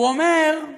הוא אומר: